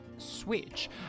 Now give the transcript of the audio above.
Switch